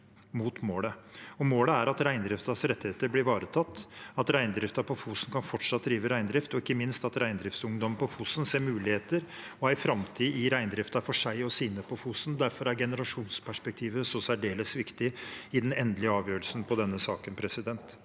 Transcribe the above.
Målet er at reindriftens rettigheter blir ivaretatt, at reindriften på Fosen fortsatt kan drive reindrift, og ikke minst at reindriftsungdom på Fosen ser muligheter og en framtid i reindriften for seg og sine på Fosen. Derfor er generasjonsperspektivet særdeles viktig i den endelige avgjørelsen av denne saken.